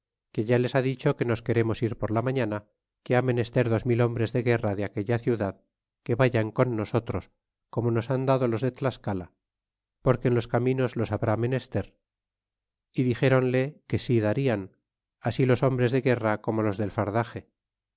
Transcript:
que ya les ha dicho que nos queremos ir por la mañana que ha menester dos mil hombres de guerra de aquella ciudad que vayan con nosotros como nos han dado los de t'aseala porque en los caminos los habrá menester é dixéronle que sí darian así los hombres de guerra como los del fardaxe